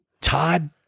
Todd